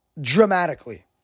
dramatically